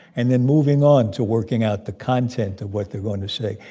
and then moving on to working out the content of what they're going to say.